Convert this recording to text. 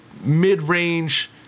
mid-range